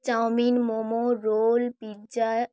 chowmein momo roll pizza